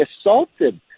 assaulted